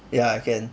ya I can